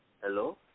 Hello